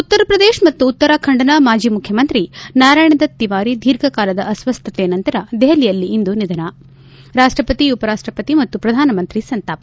ಉತ್ತರ ಪ್ರದೇಶ ಮತ್ತು ಉತ್ತರಾಖಂಡ್ನ ಮಾಜಿ ಮುಖ್ಯಮಂತ್ರಿ ನಾರಾಯಣನ ದತ್ತ ತಿವಾರಿ ದೀರ್ಘಕಾಲದ ಅಸ್ವಸ್ತತೆ ನಂತರ ದೆಹಲಿಯಲ್ಲಿಂದು ನಿಧನ ರಾಷ್ಟಪತಿ ಉಪರಾಷ್ಟಪತಿ ಮತ್ತು ಪ್ರಧಾನಮಂತ್ರಿ ಸಂತಾಪ